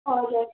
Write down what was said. हजुर